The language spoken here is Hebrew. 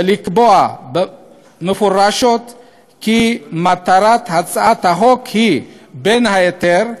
ולקבוע מפורשות כי מטרת הצעת החוק היא, בין היתר,